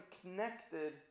connected